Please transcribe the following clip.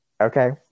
Okay